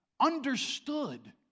understood